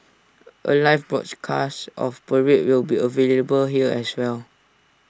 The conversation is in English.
A live broadcast of parade will be available here as well